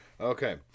Okay